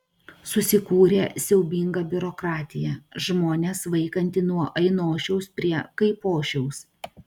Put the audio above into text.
susikūrė siaubinga biurokratija žmones vaikanti nuo ainošiaus prie kaipošiaus